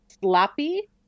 sloppy